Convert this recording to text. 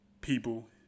people